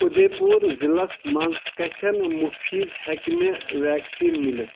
اُدے پوٗر ضلعس مَنٛز کٔتٮ۪ن مُفیٖظ ہیٚکہِ مےٚ ویکسیٖن مِلِتھ